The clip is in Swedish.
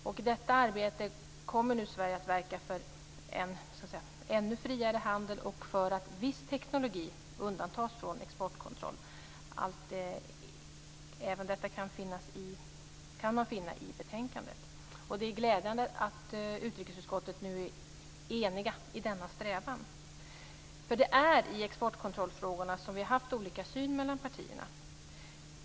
I detta arbete kommer Sverige att verka för en ännu friare handel och för att viss teknik undantas från exportkontroll. Även detta kan man finna i betänkandet. Det är glädjande att utrikesutskottet nu är enigt i denna strävan. Det är i exportkontrollfrågorna som vi har haft olika syn i partierna.